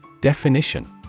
Definition